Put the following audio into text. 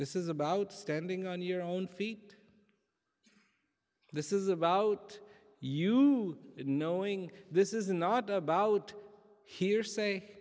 this is about standing on your own feet this is about you knowing this is not about hearsay